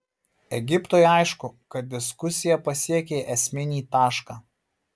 egiptui aišku kad diskusija pasiekė esminį tašką